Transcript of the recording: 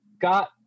got